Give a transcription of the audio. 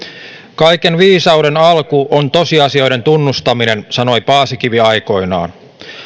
kaiken viisauden alku on tosiasioiden tunnustaminen sanoi paasikivi aikoinaan